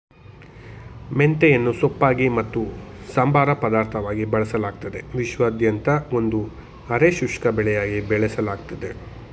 ಮೆಂತೆಯನ್ನು ಸೊಪ್ಪಾಗಿ ಮತ್ತು ಸಂಬಾರ ಪದಾರ್ಥವಾಗಿ ಬಳಸಲಾಗ್ತದೆ ವಿಶ್ವಾದ್ಯಂತ ಒಂದು ಅರೆ ಶುಷ್ಕ ಬೆಳೆಯಾಗಿ ಬೆಳೆಸಲಾಗ್ತದೆ